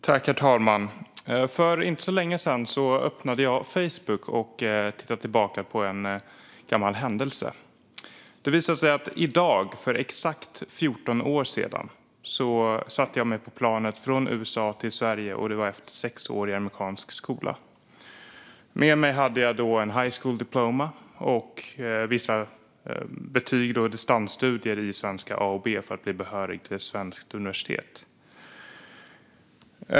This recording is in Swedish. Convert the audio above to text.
Herr talman! För inte så länge sedan öppnade jag Facebook och tittade tillbaka på en gammal händelse. Det visade sig att i dag för exakt 14 år sedan satte jag mig på planet från USA till Sverige efter sex år i amerikansk skola. Med mig hade jag ett high school diploma och vissa betyg från distansstudier i svenska för att bli behörig till ett svenskt universitet.